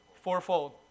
fourfold